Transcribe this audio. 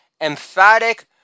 emphatic